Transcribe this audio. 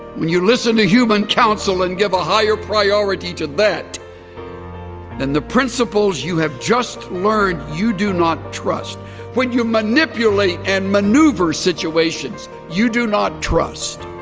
when you listen to human counsel and give a higher priority to that then the principles you have just learned you do not trust when you manipulate and maneuver situations you do not trust